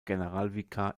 generalvikar